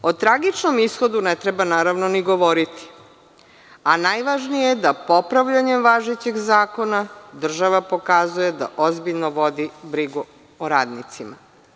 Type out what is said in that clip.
O tragičnom ishodu ne treba naravno ni govoriti, a najvažnije je da popravljanjem važećeg zakona država pokazuje da ozbiljno vodi brigu o radnicima.